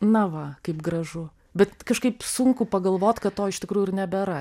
na va kaip gražu bet kažkaip sunku pagalvot kad to iš tikrųjų ir nebėra